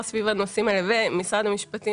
סביב הנושאים האלה ועם משרד המשפטים,